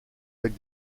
avec